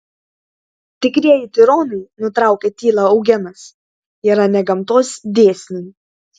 tikrieji tironai nutraukė tylą eugenas yra ne gamtos dėsniai